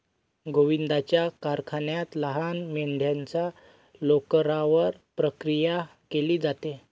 गोविंदाच्या कारखान्यात लहान मेंढीच्या लोकरावर प्रक्रिया केली जाते